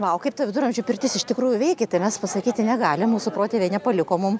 na o kaip ta viduramžių pirtis iš tikrųjų veikia tai mes pasakyti negalim mūsų protėviai nepaliko mum